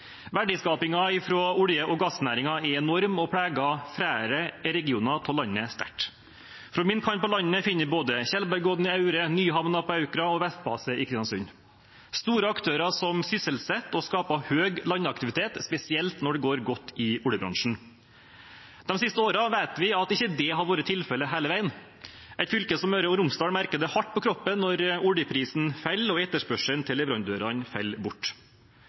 olje- og gassnæringen er enorm og preger flere regioner av landet sterkt. På min kant av landet finner vi både Tjeldbergodden i Aure, Nyhamna på Aukra og Vestbase i Kristiansund – store aktører som sysselsetter og skaper høy landaktivitet, spesielt når det går godt i oljebransjen. De siste årene vet vi at det ikke har vært tilfellet hele veien. Et fylke som Møre og Romsdal merker det hardt på kroppen når oljeprisen faller og etterspørselen til leverandørene faller bort.